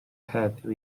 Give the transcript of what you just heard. heddiw